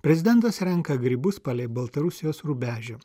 prezidentas renka grybus palei baltarusijos rubežių